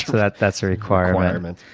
that's that's a requirement.